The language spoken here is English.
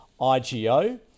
IGO